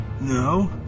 No